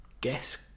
guess